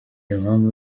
impamvu